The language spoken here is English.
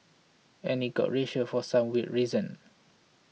and it got racial for some weird reason